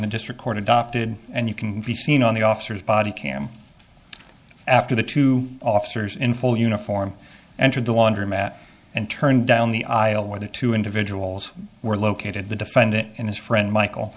the district court adopted and you can be seen on the officer's body cam after the two officers in full uniform entered the laundromat and turned down the aisle where the two individuals were located the defendant and his friend michael